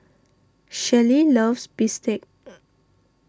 Shellie loves Bistake